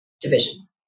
divisions